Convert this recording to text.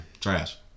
Trash